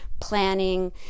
planning